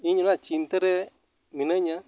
ᱤᱧ ᱚᱱᱟ ᱪᱤᱱᱛᱟᱹᱨᱮ ᱢᱤᱱᱟᱹᱧᱟ